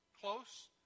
Close